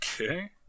Okay